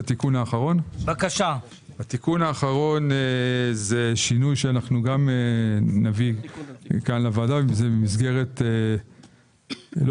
התיקון האחרון זה שינוי שנביא כאן לוועדה - לא